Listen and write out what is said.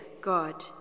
God